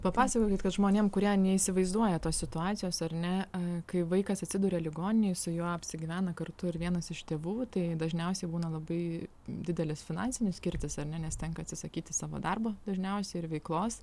papasakokit kad žmonėm kurie neįsivaizduoja tos situacijos ar ne a kai vaikas atsiduria ligoninėj su juo apsigyvena kartu ir vienas iš tėvų tai dažniausiai būna labai didelis finansinis kirtis ar ne nes tenka atsisakyti savo darbo dažniausiai ir veiklos